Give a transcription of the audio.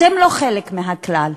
אתם לא חלק מהכלל,